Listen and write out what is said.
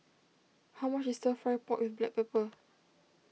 how much is Stir Fry Pork with Black Pepper